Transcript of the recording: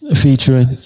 featuring